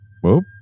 Whoop